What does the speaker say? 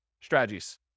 strategies